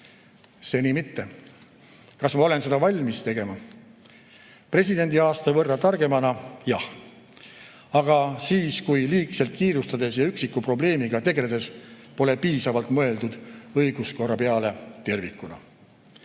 Seni mitte. Kas ma olen seda valmis tegema? Presidendiaasta võrra targemana – jah, aga siis, kui liigselt kiirustades ja üksiku probleemiga tegeledes pole piisavalt mõeldud õiguskorra peale tervikuna.